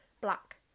black